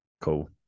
Cool